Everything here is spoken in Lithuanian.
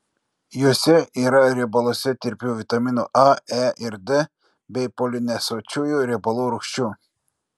juose yra riebaluose tirpių vitaminų a e ir d bei polinesočiųjų riebalų rūgščių